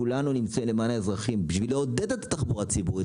כולנו נצא למען האזרחים בשביל לעודד את התחבורה הציבורית,